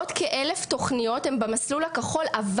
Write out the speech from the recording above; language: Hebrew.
ועוד כ-1,000 תוכניות הן במסלול הכחול אבל